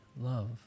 love